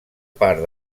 part